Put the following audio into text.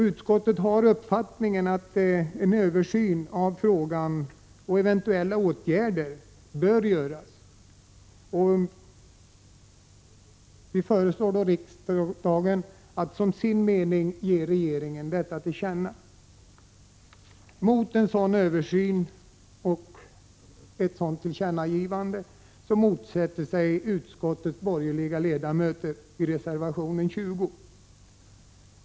Utskottet uttalar uppfattningen att en översyn av frågan bör göras och att åtgärder bör övervägas samt föreslår riksdagen att som sin mening ge regeringen detta till känna. I reservation 20 motsätter sig utskottets borgerliga ledamöter en sådan översyn och ett tillkännagivande.